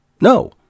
No